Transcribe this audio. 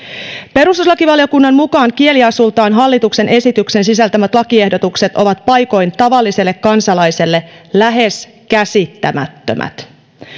perustuslakivaliokunnan mukaan kieliasultaan hallituksen esityksen sisältämät lakiehdotukset ovat paikoin tavalliselle kansalaiselle lähes käsittämättömät